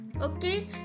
Okay